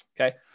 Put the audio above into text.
Okay